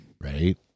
right